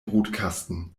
brutkasten